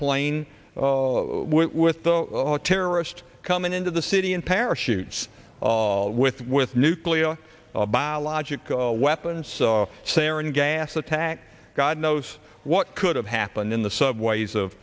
plane with the terrorist coming into the city and parachutes with with nuclear biological weapons say aaron gas attack god knows what could have happened in the subways of